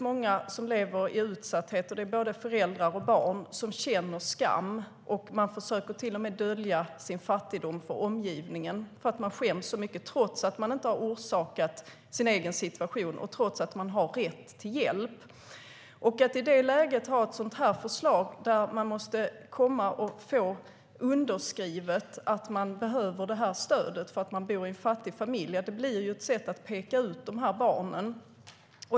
Många lever i utsatthet, och både föräldrar och barn känner skam. De försöker till och med dölja sin fattigdom för omgivningen för att de skäms så mycket, trots att de inte har orsakat sin egen situation och trots att de har rätt till hjälp. Att i det läget ha ett sådant förslag som innebär att man måste få underskrivet att man behöver detta stöd för att man bor i en fattig familj blir ett sätt att peka ut dessa barn.